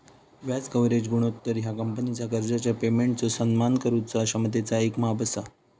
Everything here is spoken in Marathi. व्याज कव्हरेज गुणोत्तर ह्या कंपनीचा कर्जाच्या पेमेंटचो सन्मान करुचा क्षमतेचा येक माप असा